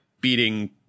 beating